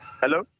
Hello